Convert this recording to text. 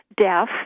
deaf